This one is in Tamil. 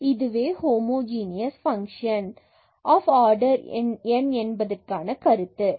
இதுவே ஹோமோஜீனியஸ் பங்க்ஷன் ஆர்டரின் என்பதற்கான கருத்து ஆகும்